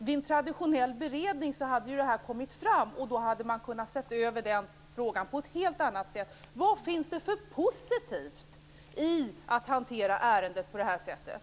Vid en traditionell beredning hade detta kommit fram. Då hade man kunnat se över den frågan på ett helt annat sätt. Vad finns det för positivt med att hantera ärendet på det här sättet?